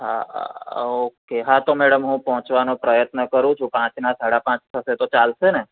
હા આ ઓકે હા તો મેડમ હું પહોંચવાનો પ્રયત્ન કરું છું પાંચના સાડા પાંચ થશે તો ચાલશેને